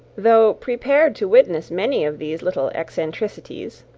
though prepared to witness many of these little eccentricities,